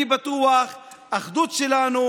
אני בטוח באחדות שלנו.